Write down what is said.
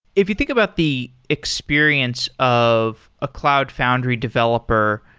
if you think about the experience of a cloud foundry developer,